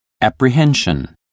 apprehension